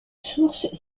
source